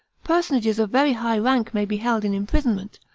personages of very high rank may be held in imprisonment,